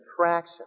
attraction